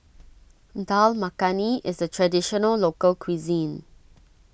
Dal Makhani is a Traditional Local Cuisine